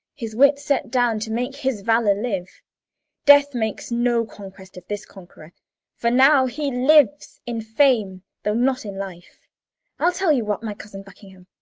his wit set down to make his valour live death makes no conquest of this conqueror for now he lives in fame, though not in life i'll tell you what, my cousin buckingham